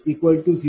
006 p